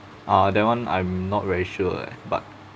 uh that one I'm not very sure leh but